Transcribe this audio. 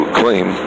claim